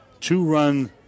two-run